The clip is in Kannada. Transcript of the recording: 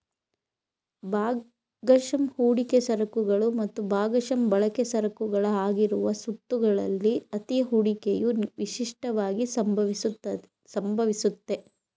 ಭಾಗಶಃ ಹೂಡಿಕೆ ಸರಕುಗಳು ಮತ್ತು ಭಾಗಶಃ ಬಳಕೆ ಸರಕುಗಳ ಆಗಿರುವ ಸುತ್ತುಗಳಲ್ಲಿ ಅತ್ತಿ ಹೂಡಿಕೆಯು ವಿಶಿಷ್ಟವಾಗಿ ಸಂಭವಿಸುತ್ತೆ